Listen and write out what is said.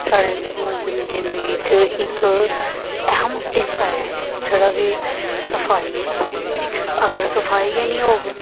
साढ़े जिंदगी च इक अहम हिस्सा ऐ जेह्ड़ा के सफाई ऐ अगर सफाई गै निं होग